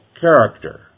character